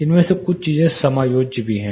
इनमें से कुछ चीजें समायोज्य भी हैं